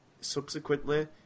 subsequently